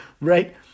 Right